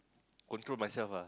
control myself ah